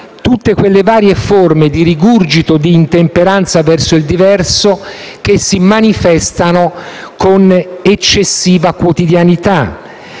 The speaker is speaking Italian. tutte quelle varie forme di rigurgito e di intemperanza verso il diverso che si manifestano con eccessiva quotidianità.